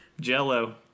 jello